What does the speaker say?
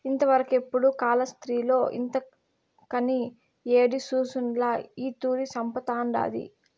ఇంతవరకెపుడూ కాలాస్త్రిలో ఇంతకని యేడి సూసుండ్ల ఈ తూరి సంపతండాది